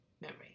memory